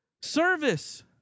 Service